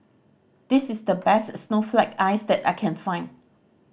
this is the best snowflake ice that I can find